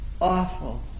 Awful